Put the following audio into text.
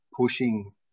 pushing